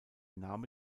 name